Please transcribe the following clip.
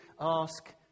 ask